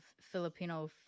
Filipino